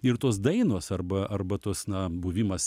ir tos dainos arba arba tos na buvimas